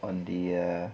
on the err